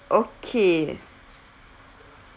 okay